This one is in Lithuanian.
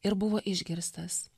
ir buvo išgirstas